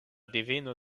deveno